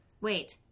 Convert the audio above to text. Wait